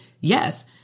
Yes